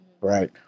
Right